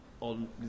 On